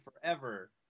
forever